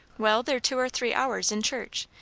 well, they're two or three hours in church,